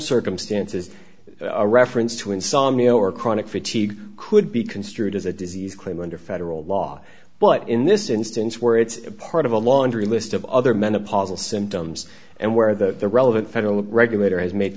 circumstances a reference to insomnia or chronic fatigue could be construed as a disease claim under federal law but in this instance where it's a part of a laundry list of other men apostle symptoms and where the relevant federal regulator has made